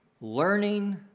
Learning